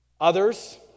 Others